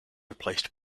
replaced